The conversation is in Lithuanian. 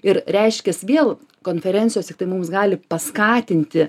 ir reiškias vėl konferencijos tiktai mums gali paskatinti